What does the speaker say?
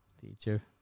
Teacher